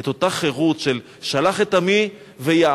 את אותה חירות של "שלח את עמי ויעבדני".